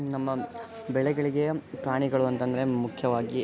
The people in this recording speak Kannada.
ನಮ್ಮ ಬೆಳೆಗಳಿಗೆ ಪ್ರಾಣಿಗಳು ಅಂತಂದರೆ ಮುಖ್ಯವಾಗಿ